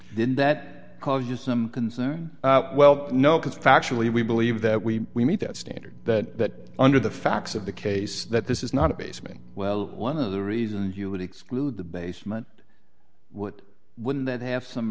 didn't that cause you some concern well no because factually we believe that we we meet that standard that under the facts of the case that this is not a basement well one of the reasons you would exclude the basement what wouldn't that have some